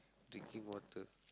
drinking water